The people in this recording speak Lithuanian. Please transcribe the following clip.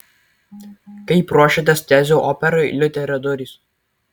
kaip ruošiatės tezių operai liuterio durys